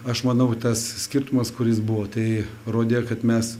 aš manau tas skirtumas kuris buvo tai rodė kad mes